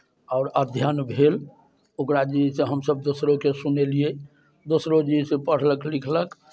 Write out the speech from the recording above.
आओर अध्ययन भेल ओकरा जे अइ से हमसभ दोसरोकेँ सुनेलियै दोसरो जे अइ से पढ़लक लिखलक